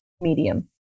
medium